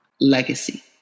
legacy